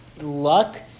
luck